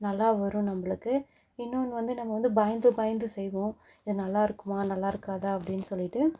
நல்லா வரும் நம்மளுக்கு இன்னொன்று வந்து நம்ம வந்து பயந்து பயந்து செய்வோம் இது நல்லாயிருக்குமா நல்லாயிருக்காதா அப்படின்னு சொல்லிவிட்டு